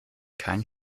kein